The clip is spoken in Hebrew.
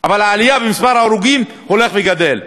אבל העלייה במספר ההרוגים הולכת וגדלה,